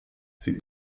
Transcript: sie